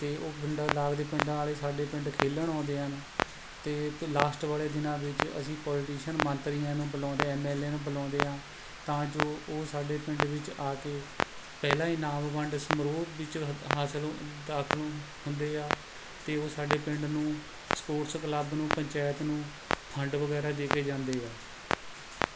ਅਤੇ ਉਹ ਪਿੰਡ ਲਾਗ ਦੇ ਪਿੰਡਾਂ ਵਾਲੇ ਸਾਡੇ ਪਿੰਡ ਖੇਡਣ ਆਉਂਦੇ ਹਨ ਅਤੇ ਲਾਸ਼ਟ ਵਾਲੇ ਦਿਨਾਂ ਵਿੱਚ ਅਸੀਂ ਪੋਲੀਟੀਸ਼ਨ ਮੰਤਰੀਆਂ ਨੂੰ ਬੁਲਾਉਂਦੇ ਐਮ ਐੱਲ ਏ ਨੂੰ ਬੁਲਾਉਂਦੇ ਹਾਂ ਤਾਂ ਜੋ ਉਹ ਸਾਡੇ ਪਿੰਡ ਵਿੱਚ ਆ ਕੇ ਪਹਿਲਾ ਇਨਾਮ ਵੰਡ ਸਮਾਰੋਹ ਵਿਚ ਹ ਹਾਸਲ ਰਾਤ ਨੂੰ ਹੁੰਦੇ ਆ ਅਤੇ ਉਹ ਸਾਡੇ ਪਿੰਡ ਨੂੰ ਸਪੋਟਸ ਕਲੱਬ ਨੂੰ ਪੰਚਾਇਤ ਨੂੰ ਫੰਡ ਵਗੈਰਾ ਦੇ ਕੇ ਜਾਂਦੇ ਆ